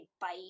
bite